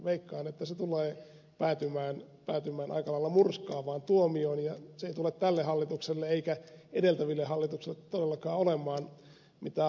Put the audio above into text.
veikkaan että se tulee päätymään aika lailla murskaavaan tuomioon ja se ei tule tälle hallitukselle eikä edeltäville hallituksille todellakaan olemaan mitään hauskaa luettavaa